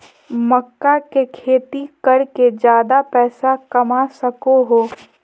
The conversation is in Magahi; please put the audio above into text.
मक्का के खेती कर के ज्यादा पैसा कमा सको हो